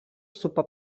supa